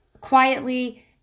quietly